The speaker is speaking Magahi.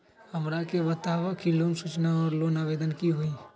हमरा के बताव कि लोन सूचना और लोन आवेदन की होई?